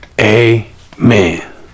Amen